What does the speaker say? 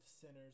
sinners